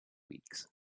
weeks